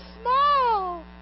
small